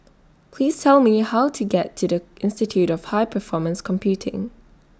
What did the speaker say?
Please Tell Me How to get to The Institute of High Performance Computing